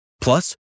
Plus